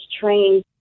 trained